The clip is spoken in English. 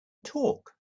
talk